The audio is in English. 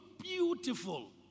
beautiful